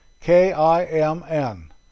K-I-M-N